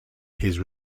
his